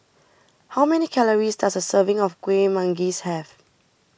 how many calories does a serving of Kueh Manggis have